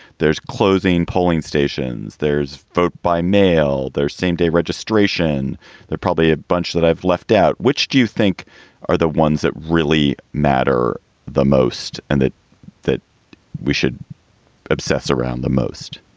there's closing polling stations, there's vote by mail there, same day registration there. probably a bunch that i've left out. which do you think are the ones that really matter the most and that that we should obsess around the most?